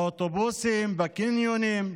באוטובוסים, בקניונים,